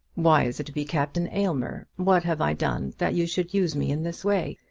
why is it to be captain aylmer? what have i done that you should use me in this way?